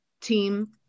team